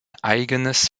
eigenes